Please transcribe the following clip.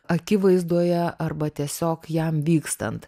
akivaizdoje arba tiesiog jam vykstant